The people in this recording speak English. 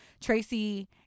Tracy